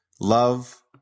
love